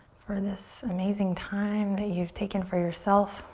for this amazing time that you've taken for yourself,